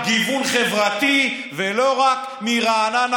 גיוון חברתי ולא רק מרעננה,